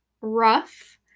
rough